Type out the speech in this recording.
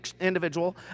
individual